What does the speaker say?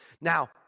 Now